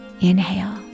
inhale